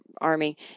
army